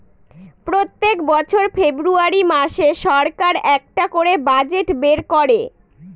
প্রত্যেক বছর ফেব্রুয়ারী মাসে সরকার একটা করে বাজেট বের করে